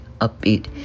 upbeat